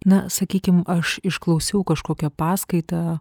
na sakykim aš išklausiau kažkokią paskaitą